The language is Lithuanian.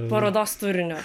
parodos turinio